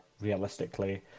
realistically